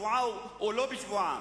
בשבועה או לא בשבועה,